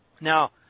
Now